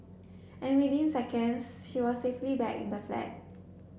and within seconds she was safely back in the flat